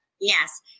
yes